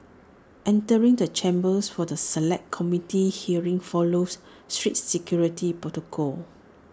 entering the chambers for the Select Committee hearing follows strict security protocol